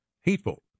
hateful